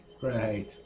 Great